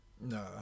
No